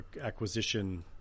acquisition